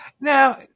Now